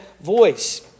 voice